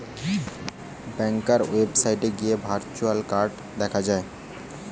ব্যাংকার ওয়েবসাইটে গিয়ে virtual card দেখা যায়